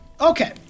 Okay